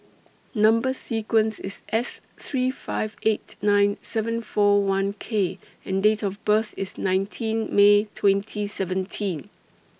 Number sequence IS S three five eight nine seven four one K and Date of birth IS nineteen May twenty seventeen